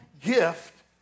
gift